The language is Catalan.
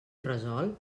resolt